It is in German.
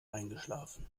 eingeschlafen